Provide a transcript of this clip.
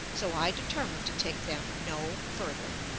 so i determine to take them no farther.